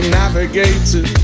navigator